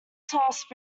task